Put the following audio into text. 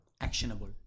actionable